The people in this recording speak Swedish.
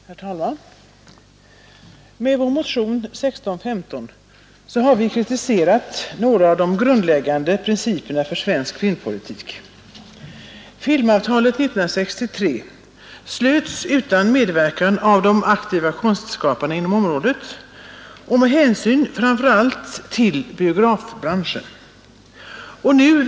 Herr talman! Med vår motion 1615 har vi kritiserat några av de grundläggande principerna för svensk filmpolitik. Filmavtalet 1963 slöts utan medverkan av de aktiva konstskaparna inom området och med hänsynstagande till framför allt biografbranschens intressen.